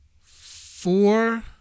Four